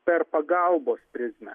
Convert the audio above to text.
per pagalbos prizmę